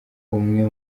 umwe